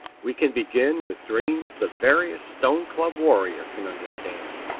we can begin with dreams the veriest stone-club warrior can understand,